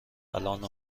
الان